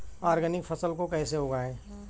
Organic फसल को कैसे उगाएँ?